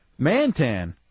Mantan